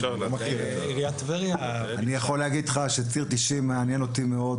אני יכול להגיד לך שציר 90 מעניין אותי מאוד,